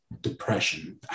depression